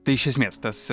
tai iš esmės tas